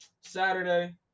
Saturday